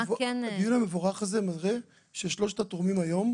הדיון המבורך הזה מראה ששלושת התורמים היום,